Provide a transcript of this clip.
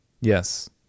Yes